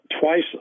twice